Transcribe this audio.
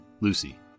Lucy